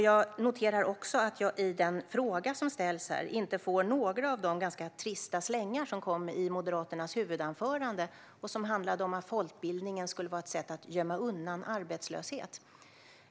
Jag noterar också att jag i den fråga som ställs här inte får några av de ganska trista slängar som kom i Moderaternas huvudanförande och som handlade om att folkbildningen skulle vara ett sätt att gömma undan arbetslöshet.